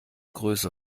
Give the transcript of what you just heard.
größe